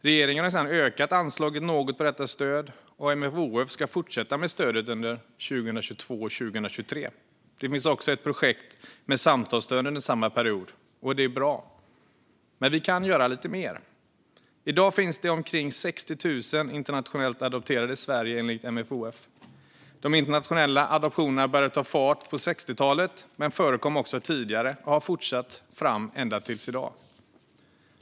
Regeringen har sedan ökat anslaget något för detta stöd, och MFoF ska fortsätta med stödet under 2022-2023. Det finns också ett projekt med samtalsstöd under samma period. Det är bra. Men vi kan göra mer. I dag finns omkring 60 000 internationellt adopterade i Sverige, enligt MFoF. De internationella adoptionerna började ta fart på 1960-talet, men de förekom också tidigare och har fortsatt fram till i dag.